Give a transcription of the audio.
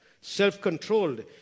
Self-controlled